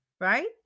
right